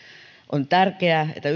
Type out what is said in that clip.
on tärkeää että